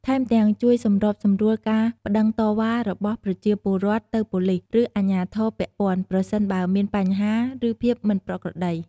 ថែមទាំង ជួយសម្របសម្រួលការប្តឹងតវ៉ារបស់ប្រជាពលរដ្ឋទៅប៉ូលីស ឬអាជ្ញាធរពាក់ព័ន្ធ ប្រសិនបើមានបញ្ហា ឬភាពមិនប្រក្រតី។